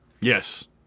Yes